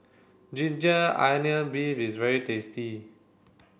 ginger onion beef is very tasty